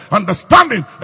understanding